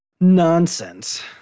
nonsense